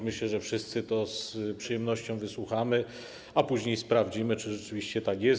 Myślę, że wszyscy z przyjemnością tego wysłuchamy, a później sprawdzimy, czy rzeczywiście tak jest.